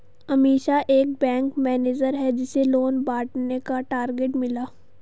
अमीषा एक bank manager है जिसे लोन बांटने का टारगेट मिला